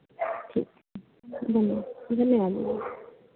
ठीक धन्यवाद धन्यवाद भईया